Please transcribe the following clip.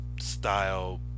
style